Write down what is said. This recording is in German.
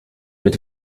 mit